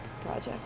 project